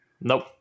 Nope